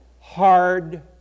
hard